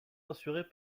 rassuré